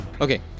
Okay